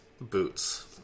boots